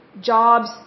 jobs